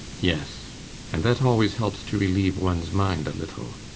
yes and that always helps to relieve one's mind a little.